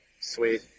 Sweet